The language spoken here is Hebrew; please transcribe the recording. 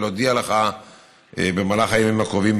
ואודיע לך במהלך הימים הקרובים,